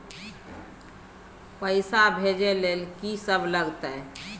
पैसा भेजै ल की सब लगतै?